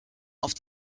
auf